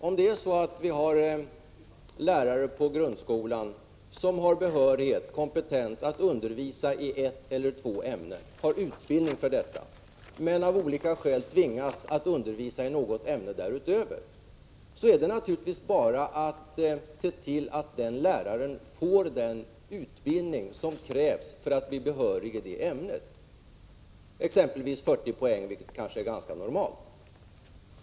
Om en lärare på grundskolan har utbildning för och behörighet att undervisa i ett eller två ämnen men av olika skäl tvingas undervisa i något ämne därutöver, är det naturligtvis bara att se till att den läraren får den utbildning som krävs för att han skall bli behörig att undervisa också i det nya ämnet. Det kan exempelvis gälla en utbildning som omfattar 40 poäng, vilket är ganska normalt.